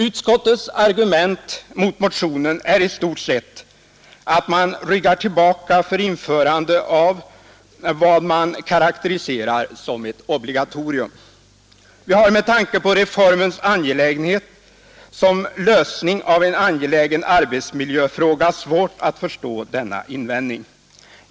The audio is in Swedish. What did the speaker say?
Utskottets argument mot motionen är i stort sett att man ryggar tillbaka för införande av vad man karakteriserar som ett obligatorium. Vi har med tanke på reformens angelägenhet som lösning av en angelägen arbetsmiljöfråga svårt att förstå denna invändning.